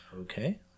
Okay